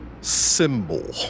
symbol